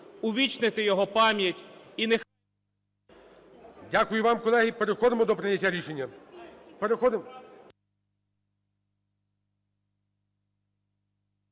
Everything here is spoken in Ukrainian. увічнити його пам'ять